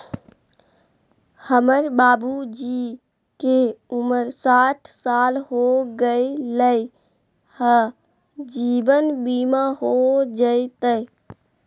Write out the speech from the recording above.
हमर बाबूजी के उमर साठ साल हो गैलई ह, जीवन बीमा हो जैतई?